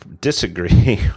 disagree